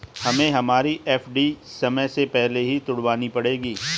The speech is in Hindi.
हमें हमारी एफ.डी समय से पहले ही तुड़वानी पड़ेगी